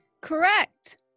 Correct